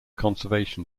conservation